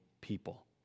people